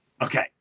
Okay